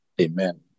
Amen